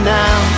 now